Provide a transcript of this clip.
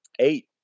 eight